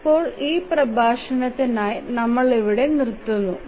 ഇപ്പോൾ ഈ പ്രഭാഷണത്തിനായി നമ്മൾ ഇവിടെ നിർത്തും